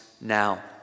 now